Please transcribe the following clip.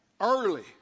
early